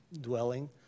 dwelling